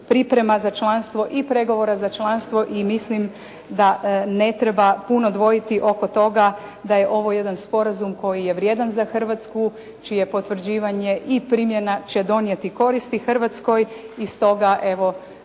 priprema za članstvo i pregovora za članstvo i mislim da ne treba puno dvojiti oko toga da je ovo jedan sporazum koji je vrijedan za Hrvatsku, čije potvrđivanje i primjena će donijeti koristi Hrvatskoj i stoga, evo